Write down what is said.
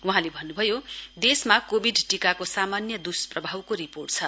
वहाँले भन्नुभयो देशमा कोविड टीकाको सामान्य दुस्प्रभावको रिपोर्ट छ